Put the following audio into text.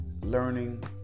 learning